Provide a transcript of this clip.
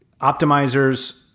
optimizers